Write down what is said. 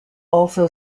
also